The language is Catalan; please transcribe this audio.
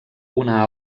una